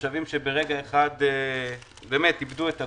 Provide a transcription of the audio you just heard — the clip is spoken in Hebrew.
תושבים שברגע אחד איבדו את הכול,